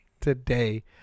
today